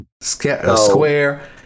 Square